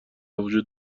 وجود